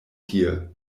tie